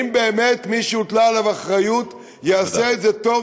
אם באמת מי שהוטלה עליו אחריות יעשה את זה טוב